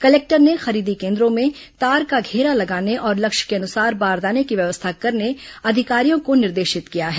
collector ने खरीदी केन्द्रों में तार का घेरा लगाने और लक्ष्य के अनुसार बारदाने की व्यवस्था करने अधिकारियों को निर्देशित किया है